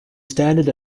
standard